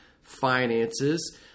finances